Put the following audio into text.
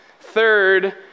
Third